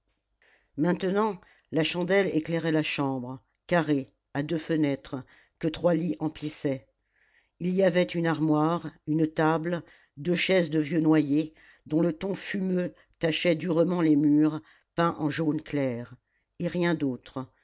maintenant la chandelle éclairait la chambre carrée à deux fenêtres que trois lits emplissaient il y avait une armoire une table deux chaises de vieux noyer dont le ton fumeux tachait durement les murs peints en jaune clair et rien autre